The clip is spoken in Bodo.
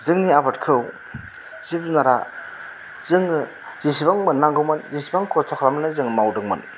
जोंनि आबादखौ जिब जुनारा जोङो जिसिबां मोननांगौमोन जिसिबां खस्थ' खालामनानै जों मावदोंमोन